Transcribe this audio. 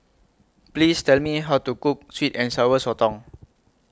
Please Tell Me How to Cook Sweet and Sour Sotong